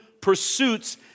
pursuits